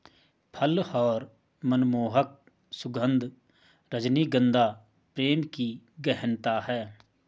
फल और मनमोहक सुगन्ध, रजनीगंधा प्रेम की गहनता है